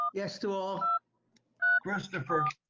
yes to all christopher